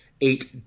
eight